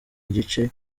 igice